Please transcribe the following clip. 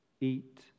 eat